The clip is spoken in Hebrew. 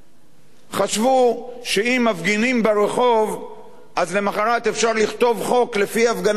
חשבו שאם מפגינים ברחוב אז למחרת אפשר לכתוב חוק לפי הפגנה ברחוב.